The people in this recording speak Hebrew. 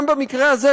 גם במקרה הזה,